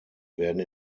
werden